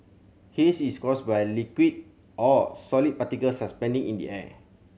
haze is caused by liquid or solid particles suspending in the air